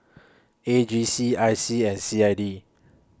A G C I C and C I D